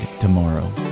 tomorrow